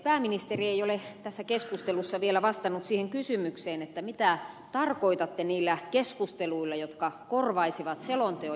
pääministeri ei ole tässä keskustelussa vielä vastannut siihen kysymykseen mitä tarkoitatte niillä keskusteluilla jotka korvaisivat selonteon